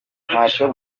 ntacyo